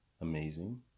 amazing